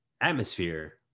atmosphere